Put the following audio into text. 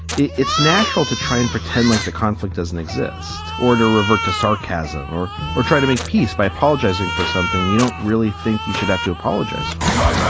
it's natural to try and pretend like the conflict doesn't exist or to revert to sarcasm or or try to make peace by apologizing for something you don't really think you should have to apologize for.